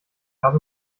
gab